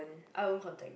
I will contact them